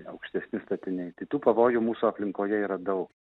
aukštesni statiniai tai tų pavojų mūsų aplinkoje yra daug